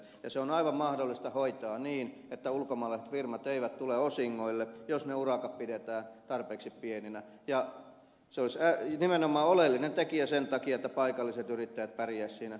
se on aivan mahdollista hoitaa niin että ulkomaalaiset firmat eivät tule osingoille jos ne urakat pidetään tarpeeksi pieninä ja se olisi nimenomaan oleellinen tekijä sen takia että paikalliset yrittäjät pärjäisivät siinä kilpailussa